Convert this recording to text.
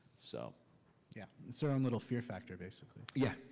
so yeah. it's her own little fear factor, basically. yeah,